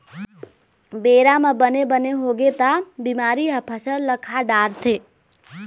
बेरा म बने बने होगे त बिमारी ह फसल ल खा डारथे